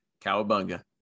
Cowabunga